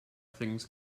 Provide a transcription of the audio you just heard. things